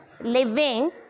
living